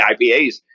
IPAs